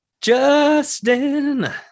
Justin